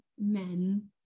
men